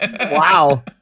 wow